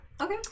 Okay